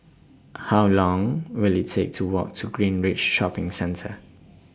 How Long Will IT Take to Walk to Greenridge Shopping Centre